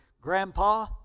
grandpa